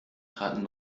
traten